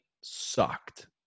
sucked